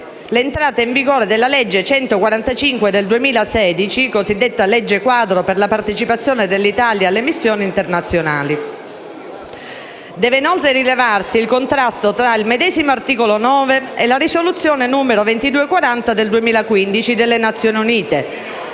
l'entrata in vigore della legge n. 145 del 21 luglio 2016 (cosiddetta legge quadro per la partecipazione dell'Italia alle missioni internazionali). Deve inoltre rilevarsi il contrasto tra il medesimo articolo 9 e la risoluzione n. 2240 del 2015 delle Nazione Unite,